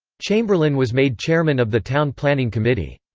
chamberlain was made chairman of the town planning committee.